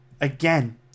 Again